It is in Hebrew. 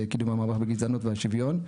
לקידום המאבק בגזענות והשוויון.